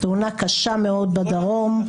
תאונה קשה מאוד בדרום.